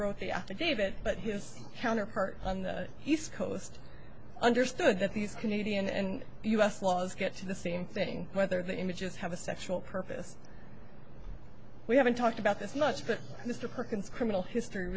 wrote the affidavit but his counterpart on the east coast understood that these canadian and us laws get to the same thing whether the images have a sexual purpose we haven't talked about this much but mr perkins criminal history